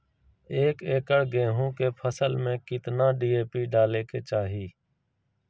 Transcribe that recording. एक एकड़ गेहूं के फसल में कितना डी.ए.पी डाले के चाहि?